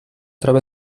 troba